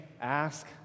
ask